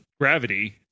gravity